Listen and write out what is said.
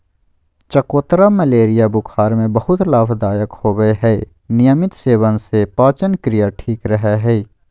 चकोतरा मलेरिया बुखार में बहुत लाभदायक होवय हई नियमित सेवन से पाचनक्रिया ठीक रहय हई